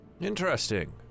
Interesting